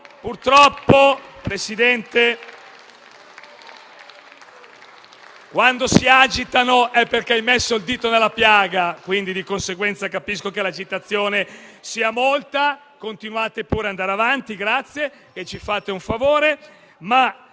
Purtroppo, Presidente, quando si agitano è perché hai messo il dito nella piaga. Di conseguenza capisco che l'agitazione sia molta. Continuate pure ad andare avanti che ci fate un favore.